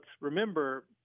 remember –